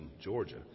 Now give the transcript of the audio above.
Georgia